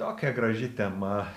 tokia graži tema